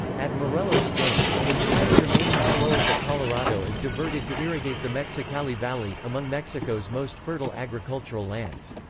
at morelos dam, the entire remaining flow of the colorado is diverted to irrigate the mexicali valley, among mexico's most fertile agricultural lands.